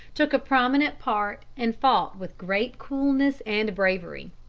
took a prominent part and fought with great coolness and bravery.